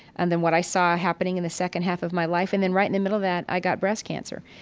and then what i saw happening in the second half of my life. and then right in the middle of that, i got breast cancer.